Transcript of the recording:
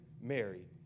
Mary